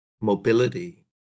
mobility